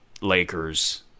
Lakers